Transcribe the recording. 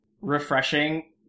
refreshing